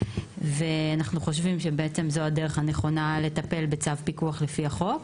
אנחנו חושבים שזו הדרך הנכונה לטפל בצו פיקוח לפי החוק.